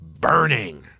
burning